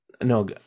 No